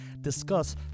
discuss